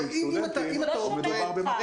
סטודנטים או שמדובר ב-200,000 סטודנטים.